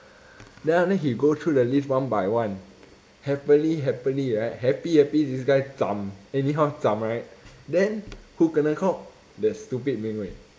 then after that he go through the list one by one happily happily right happy happy this guy zham anyhow zham right then who kena caught that stupid ming wei